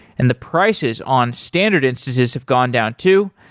and the prices on standard instances have gone down too.